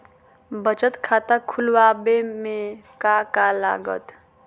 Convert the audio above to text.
बचत खाता खुला बे में का का लागत?